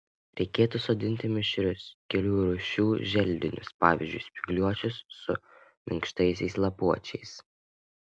reikėtų sodinti mišrius kelių rūšių želdinius pavyzdžiui spygliuočius su minkštaisiais lapuočiais